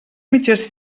mitges